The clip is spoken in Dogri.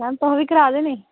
मैम तुस बी करा दे नीं